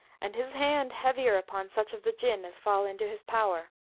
and his hand heavier upon such of the jinn as fall into his power!